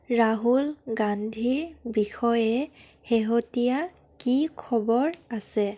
ৰাহুল গান্ধীৰ বিষয়ে শেহতীয়া কি খবৰ আছে